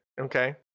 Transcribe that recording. okay